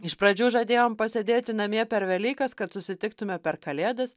iš pradžių žadėjom pasėdėti namie per velykas kad susitiktume per kalėdas